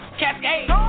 cascade